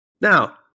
Now